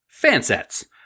Fansets